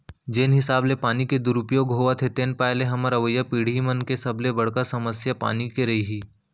जेन हिसाब ले पानी के दुरउपयोग होवत हे तेन पाय ले हमर अवईया पीड़ही मन के सबले बड़का समस्या पानी के रइही